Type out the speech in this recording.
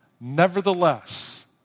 Nevertheless